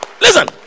Listen